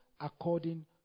according